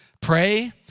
Pray